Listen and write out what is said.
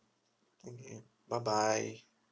okay bye bye